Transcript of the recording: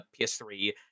PS3